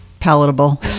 palatable